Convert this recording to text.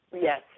yes